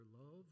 love